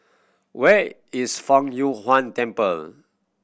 where is Fang Yuan Temple